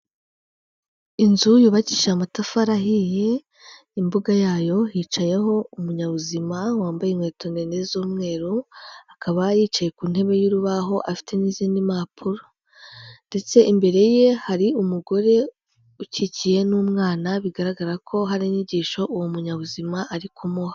Inzu yubakishije amatafari ahiye, imbuga yayo yicayeho umunyabuzima wambaye inkweto ndende z'umweru, akaba yicaye ku ntebe y'urubaho afite n'izindi mpapuro ndetse imbere ye hari umugore ukikiye n'umwana, bigaragara ko hari inyigisho uwo munyabuzima ari kumuha.